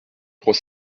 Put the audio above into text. trois